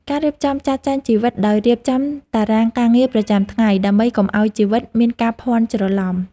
ការរៀបចំចាត់ចែងជីវិតដោយរៀបចំតារាងការងារប្រចាំថ្ងៃ ដើម្បីកុំឱ្យជីវិតមានការភាន់ច្រឡំ។